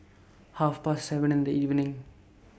Half Past seven in The evening